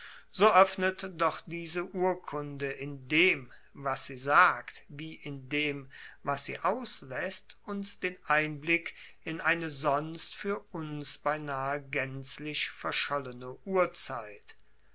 so oeffnet doch diese urkunde in dem was sie sagt wie in dem was sie auslaesst uns den einblick in eine sonst fuer uns beinahe gaenzlich verschollene urzeit